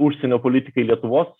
užsienio politikai lietuvos